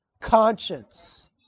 conscience